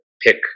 pick